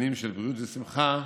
שנים של בריאות ושמחה,